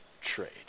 trade